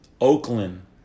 Oakland